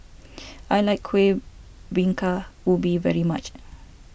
I like Kueh Bingka Ubi very much